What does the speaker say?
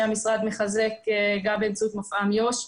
שהמשרד מחזק גם באמצעות מפעם יו"ש.